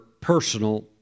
personal